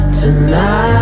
tonight